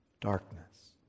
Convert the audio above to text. Darkness